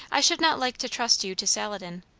i should not like to trust you to saladin.